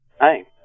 Hi